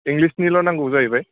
इंलिसनिल' नांगौ जाहैबाय